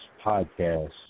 podcast